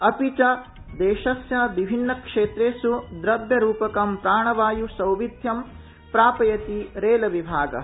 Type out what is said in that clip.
अपि च देशस्य विभिन्न क्षेत्रेष् द्रव्यरूपकं प्राणवायु सौविध्यं प्रापयति रेलविभागः